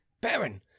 baron